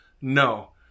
No